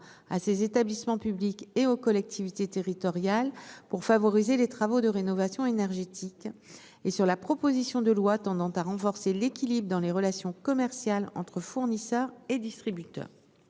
à ces établissements publics et aux collectivités territoriales pour favoriser les travaux de rénovation énergétique et sur la proposition de loi tendant à renforcer l'équilibre dans les relations commerciales entre fournisseurs et distributeurs.